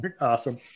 Awesome